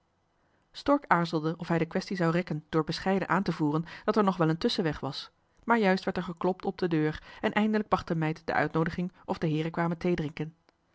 stork aarzelde of hij de kwestie zou rekken door bescheiden aan te voeren dat er nog wel een tusschenweg was maar juist werd er geklopt op de deur en eindelijk bracht de meid de uitnoodiging of de heeren kwamen